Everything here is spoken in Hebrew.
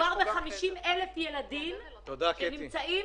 ב-50,000 ילדים שנמצאים